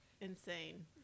insane